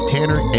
Tanner